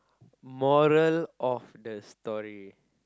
moral of the story